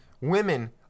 Women